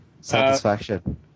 Satisfaction